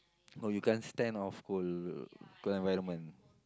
oh you can't stand of cold cold environment